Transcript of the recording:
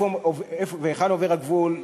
והיכן עובר הגבול,